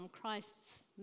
Christ's